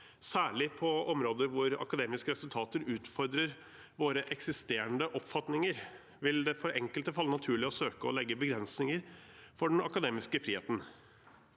Særlig på områder hvor akademiske resultater utfordrer våre eksisterende oppfatninger, vil det for enkelte falle naturlig å søke å legge begrensninger for den akademiske friheten.